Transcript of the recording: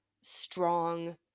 strong